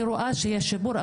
אני רואה שיש שיפור,